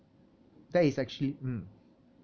that is actually mm